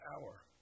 hour